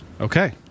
Okay